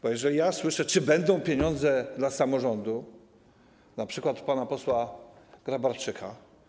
Bo jeżeli ja słyszę pytanie, czy będą pieniądze dla samorządów, np. od pana posła Grabarczyka.